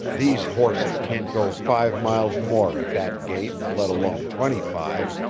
these horses can't go five miles more at that gait, let alone twenty-five,